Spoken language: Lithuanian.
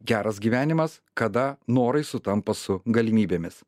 geras gyvenimas kada norai sutampa su galimybėmis